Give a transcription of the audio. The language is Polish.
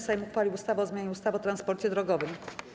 Sejm uchwalił ustawę o zmianie ustawy o transporcie drogowym.